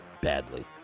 badly